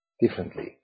differently